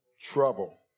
trouble